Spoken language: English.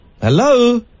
Hello